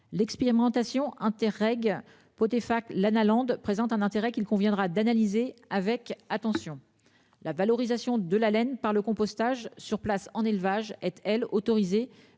L'expérimentation Interreg potée fac Lana Allende présente un intérêt qu'il conviendra d'analyser avec attention la valorisation de la laine par le compostage sur place en élevage-elle autorisée